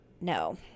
No